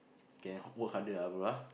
K ha~ work harder ah bro ah